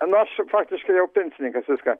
nu aš faktiškai jau pensininkas viską